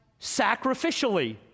sacrificially